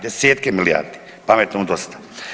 Desetke milijardi, pametnom dosta.